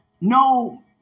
no